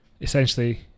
essentially